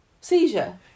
seizure